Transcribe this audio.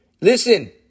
Listen